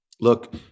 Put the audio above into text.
Look